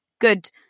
good